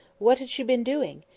what had she been doing?